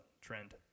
trend